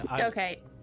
Okay